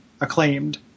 acclaimed